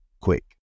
quick